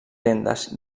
tendes